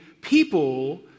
people